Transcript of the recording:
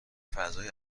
فضای